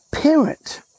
parent